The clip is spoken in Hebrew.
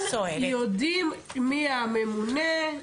יודעים מי הממונה?